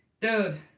Dude